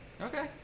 Okay